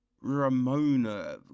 Ramona